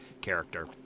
character